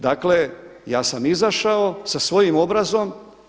Dakle, ja sam izašao sa svojim obrazom.